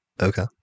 Okay